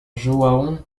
joão